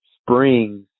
springs